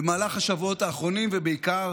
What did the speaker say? במהלך השבועות האחרונים, ובעיקר